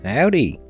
Howdy